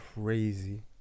crazy